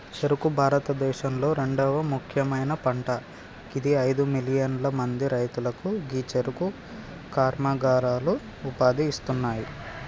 చెఱుకు భారతదేశంలొ రెండవ ముఖ్యమైన పంట గిది అయిదు మిలియన్ల మంది రైతులకు గీ చెఱుకు కర్మాగారాలు ఉపాధి ఇస్తున్నాయి